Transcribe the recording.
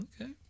Okay